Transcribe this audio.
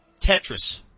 Tetris